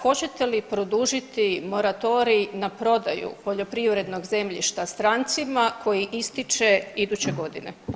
Hoćete li produžiti moratorij na prodaju poljoprivrednog zemljišta strancima koji ističe iduće godine?